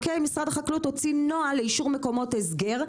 משרד החקלאות הוציא נוהל לאישור מקומות הסגר,